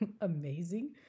amazing